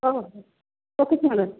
ହେଉ ହେଉ ରଖୁଛି ମ୍ୟାଡ଼ମ୍